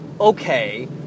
okay